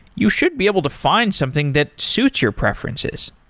you should be able to find something that suits your preferences.